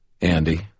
Andy